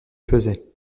faisais